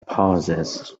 pauses